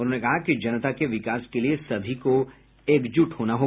उन्होंने कहा कि जनता के विकास के लिए सभी को एकजुट करना है